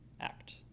act